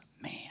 man